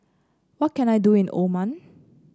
what can I do in Oman